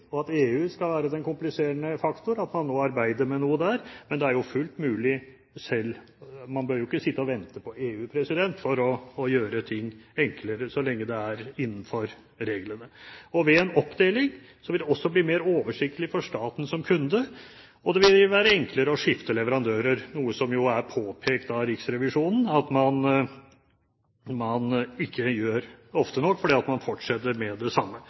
henviser til EU, at EU skal være den kompliserende faktor, og at man nå arbeider med noe der, men det er jo fullt mulig å gjøre ting enklere – man bør jo ikke sitte og vente på EU – så lenge det er innenfor reglene. Ved en oppdeling vil det også bli mer oversiktlig for staten som kunde, og det vil være enklere å skifte leverandører, noe som jo er påpekt av Riksrevisjonen at man ikke gjør ofte nok fordi man fortsetter med det samme,